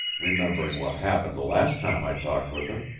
remembering what happened the last time i talked with her.